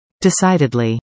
Decidedly